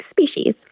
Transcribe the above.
species